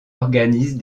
organise